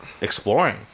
exploring